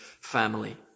family